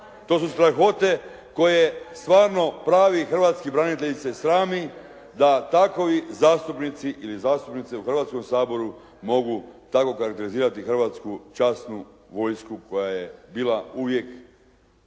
To su strahote koje stvarno pravi hrvatski branitelj se srami da takovi zastupnici ili zastupnice u Hrvatskom saboru mogu tako karakterizirati hrvatsku časnu vojsku koja je bila uvijek